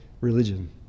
religion